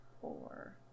four